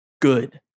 good